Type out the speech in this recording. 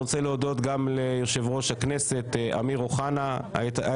אני רוצה להודות גם ליושב-ראש הכנסת אמיר אוחנה היה